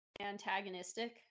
antagonistic